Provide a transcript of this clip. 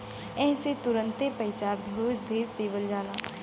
एह से तुरन्ते पइसा भेज देवल जाला